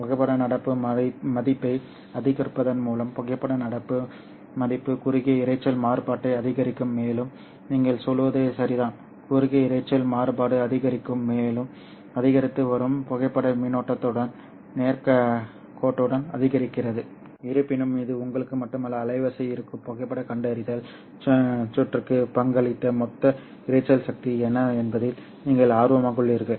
புகைப்பட நடப்பு மதிப்பை அதிகரிப்பதன் மூலம் புகைப்பட நடப்பு மதிப்பு குறுகிய இரைச்சல் மாறுபாட்டை அதிகரிக்கும் மேலும் நீங்கள் சொல்வது சரிதான் குறுகிய இரைச்சல் மாறுபாடு அதிகரிக்கும் மேலும் அதிகரித்து வரும் புகைப்பட மின்னோட்டத்துடன் நேர்கோட்டுடன் அதிகரிக்கிறது இருப்பினும் இது உங்களுக்கு மட்டுமல்ல அலைவரிசை இருக்கும் புகைப்படக் கண்டறிதல் சுற்றுக்கு பங்களித்த மொத்த இரைச்சல் சக்தி என்ன என்பதில் நீங்கள் ஆர்வமாக உள்ளீர்கள்